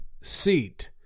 seat